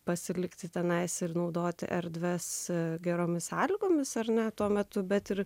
pasilikti tenais sau ir naudoti erdves geromis sąlygomis ar ne tuo metu bet ir